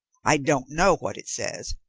i don't know what it says,